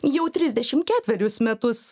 jau trisdešim ketverius metus